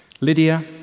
Lydia